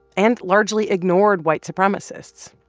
and largely ignored white supremacists.